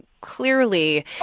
clearly